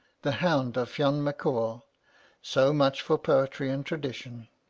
the hound of fionne mac cumhall so much for poetry and tradition.